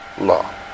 law